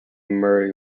murray